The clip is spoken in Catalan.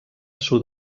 sud